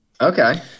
Okay